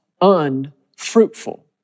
unfruitful